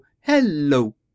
hello